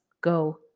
go